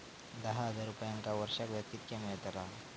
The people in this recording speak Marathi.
दहा हजार रुपयांक वर्षाक व्याज कितक्या मेलताला?